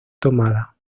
tomada